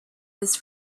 this